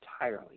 entirely